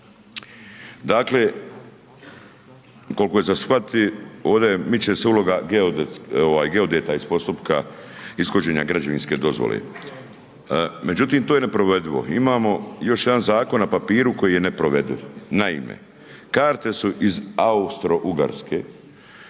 Dakle, koliko je za shvatiti ovdje, miče se uloga geodeta iz postupka ishođenja građevinske dozvole. Međutim, to je neprovedivo. Imamo još jedan zakon na papiru koji je neprovediv. Naime, karte su iz Austro-Ugarske,